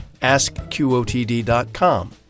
AskQOTD.com